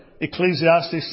Ecclesiastes